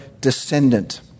descendant